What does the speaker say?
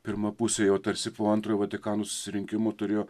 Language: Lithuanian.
pirma pusė jau tarsi po antrojo vatikano susirinkimo turėjo